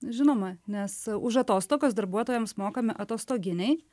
žinoma nes už atostogas darbuotojams mokami atostoginiai